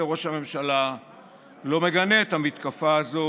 ראש הממשלה לא מגנה את המתקפה הזאת,